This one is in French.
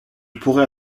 pourrait